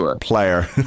player